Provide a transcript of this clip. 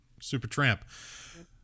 Supertramp